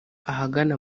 ahagana